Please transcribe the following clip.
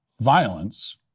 violence